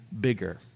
bigger